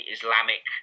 Islamic